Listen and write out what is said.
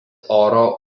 oro